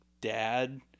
dad